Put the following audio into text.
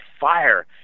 fire